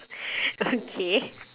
okay